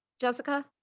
Jessica